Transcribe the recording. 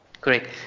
great